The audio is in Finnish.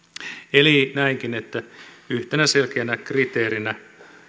eli näenkin että yhtenä selkeänä kriteerinä